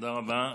תודה רבה.